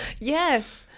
Yes